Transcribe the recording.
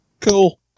Cool